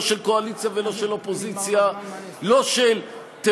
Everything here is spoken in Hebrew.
לא של קואליציה ולא של אופוזיציה,